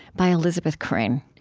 by elizabeth crane.